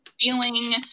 feeling